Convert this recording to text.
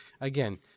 again